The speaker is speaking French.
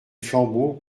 flambeaux